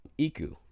iku